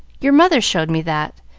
your mother showed me that,